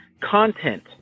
Content